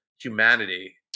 humanity